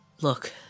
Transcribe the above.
Look